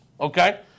okay